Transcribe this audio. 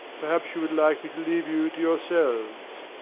perhaps you would like me to leave you to yourselves.